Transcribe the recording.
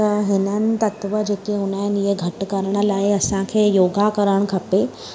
त हिननि तत्व जेके हुंदा आहिनि इहे घटि करणु लाइ असांखे योगा करणु खपे